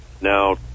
now